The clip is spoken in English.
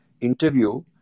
interview